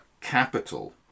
capital